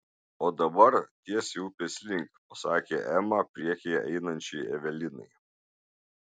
o dabar tiesiai upės link pasakė ema priekyje einančiai evelinai